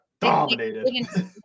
dominated